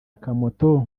akamoto